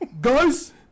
guys